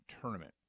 tournament